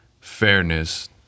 fairness